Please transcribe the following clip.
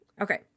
Okay